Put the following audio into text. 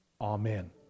Amen